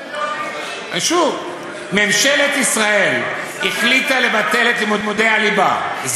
שוב: ממשלת ישראל החליטה לבטל את לימודי הליבה.